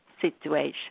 situation